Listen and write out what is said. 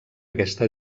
aquesta